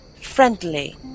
friendly